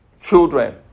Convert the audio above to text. children